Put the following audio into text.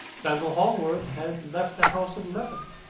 basil hallward had left the house at eleven.